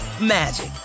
magic